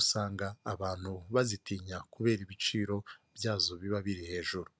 usanga abantu bazitinya kubera ibiciro byazo biba biri hejuru.